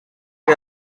que